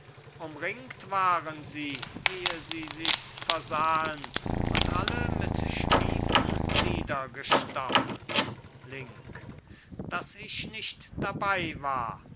umringt waren sie ehe sie sich's versahen und alle mit spießen niedergestochen link daß ich nicht dabei war